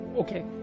okay